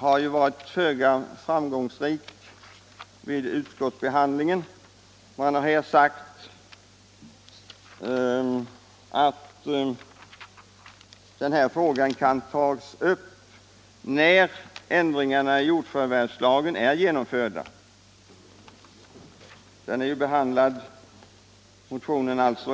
Jag har varit föga framgångsrik med min motion vid utskottsbehandlingen. Utskottet säger, att denna fråga kan tas upp när ändringarna i jordförvärvslagen är genomförda. Motionen är behandlad